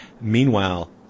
Meanwhile